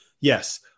yes